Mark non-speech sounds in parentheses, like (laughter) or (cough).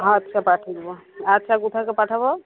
আচ্ছা পাঠিয়ে দেবো আচ্ছা কোথায় (unintelligible) পাঠাব